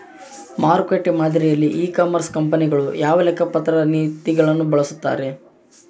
ಮಾರುಕಟ್ಟೆ ಮಾದರಿಯಲ್ಲಿ e commerce ಕಂಪನಿಗಳು ಯಾವ ಲೆಕ್ಕಪತ್ರ ನೇತಿಗಳನ್ನು ಬಳಸುತ್ತಾರೆ?